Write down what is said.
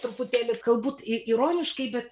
truputėlį galbūt ironiškai bet